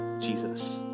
Jesus